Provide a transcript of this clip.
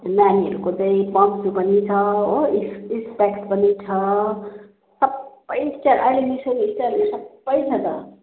नानीहरूको चाहिँ पङ्सु पनि छ हो इस् स्पेक्स पनि छ सबै स्टाइल अहिले निस्केको स्टाइलहरू सबै छ त